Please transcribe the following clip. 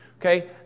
okay